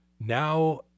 Now